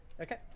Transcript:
okay